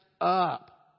up